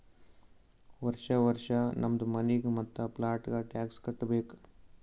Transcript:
ವರ್ಷಾ ವರ್ಷಾ ನಮ್ದು ಮನಿಗ್ ಮತ್ತ ಪ್ಲಾಟ್ಗ ಟ್ಯಾಕ್ಸ್ ಕಟ್ಟಬೇಕ್